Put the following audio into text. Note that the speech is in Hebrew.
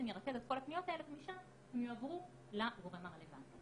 שירכז את כל הפניות האלה ומשם הם יועברו לגורם הרלוונטי.